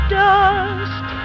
dust